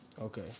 Okay